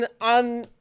on